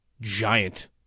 Giant